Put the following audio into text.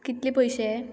कितले पयशे